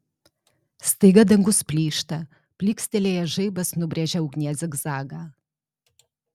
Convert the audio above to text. staiga dangus plyšta plykstelėjęs žaibas nubrėžia ugnies zigzagą